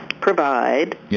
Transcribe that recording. provide